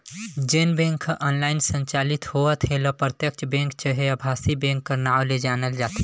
जेन बेंक ह ऑनलाईन संचालित होवत हे ल प्रत्यक्छ बेंक चहे अभासी बेंक कर नांव ले जानल जाथे